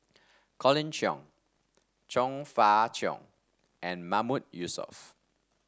Colin Cheong Chong Fah Cheong and Mahmood Yusof